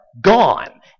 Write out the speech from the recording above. gone